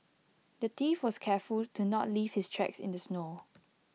the thief was careful to not leave his tracks in the snow